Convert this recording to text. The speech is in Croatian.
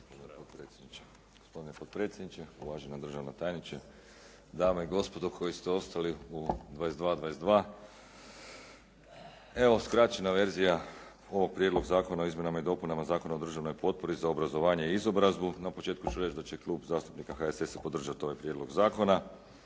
Gospodine predsjedniče, poštovana državna tajnice, dame i gospodo koji ste ostali u 22:22. Evo skraćena verzija ovog Prijedloga zakona o izmjenama i dopunama Zakona o državnoj potpori za obrazovanje i izobrazbu. Na početku ću reći da će Klub zastupnika HSS-a podržati ovaj prijedlog zakona,